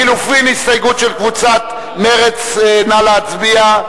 הסתייגות לחלופין של קבוצת מרצ, נא להצביע.